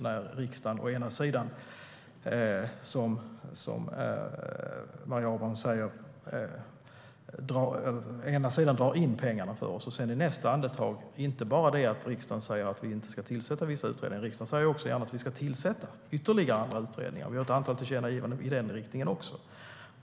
Det är ett väsentligt bekymmer att riksdagen å ena sidan drar in pengar för oss, som Maria Abrahamsson säger, och å andra sidan inte bara säger att vi inte ska tillsätta vissa utredningar utan också gärna säger att vi ska tillsätta ytterligare utredningar - vi har ett antal tillkännagivanden i den riktningen också.